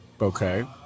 Okay